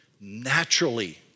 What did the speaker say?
naturally